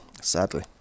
sadly